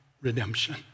redemption